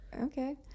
okay